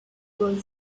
boy